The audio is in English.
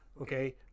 okay